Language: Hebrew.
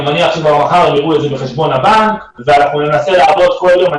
אני מניח שכבר מחר יראו את זה בחשבון הבנק ואנחנו ננסה לעבוד כל יום.